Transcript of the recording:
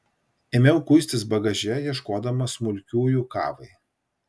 ėmiau kuistis bagaže ieškodama smulkiųjų kavai